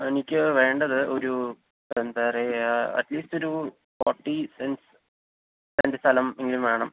എനിക്ക് വേണ്ടത് ഒരു എന്താ പറയുക അറ്റ്ലീസ്റ്റൊരു ഫോട്ടി സെന്റ് സെന്റ് സ്ഥലം എങ്കിലും വേണം